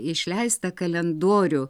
išleistą kalendorių